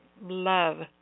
love